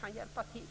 kan hjälpa till.